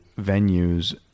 venues